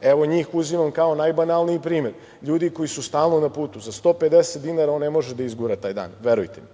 Evo, njih uzimam kao najbanalniji primer. Ljudi koji su stalno na putu, sa 150 dinara on ne može da izgura taj dan, verujte mi.